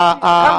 מצב.